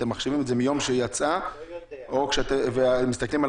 אתם מחשיבים את זה מיום שהיא יצאה ומסתכלים על